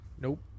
nope